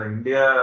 India